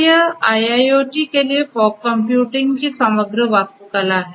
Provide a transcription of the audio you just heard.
तो यह IIoT के लिए फॉग कंप्यूटिंग की समग्र वास्तुकला है